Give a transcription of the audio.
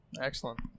Excellent